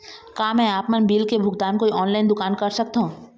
का मैं आपमन बिल के भुगतान कोई ऑनलाइन दुकान कर सकथों?